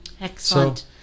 Excellent